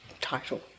title